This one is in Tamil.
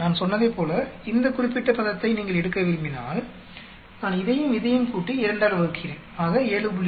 நான் சொன்னதைப்போல இந்த குறிப்பிட்ட பதத்தை நீங்கள் எடுக்க விரும்பினால் நான் இதையும் இதையும் கூட்டி 2 ஆல் வகுக்கிறேன் ஆக 7